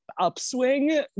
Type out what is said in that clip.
upswing